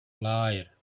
liar